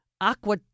aqua